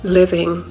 living